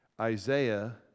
isaiah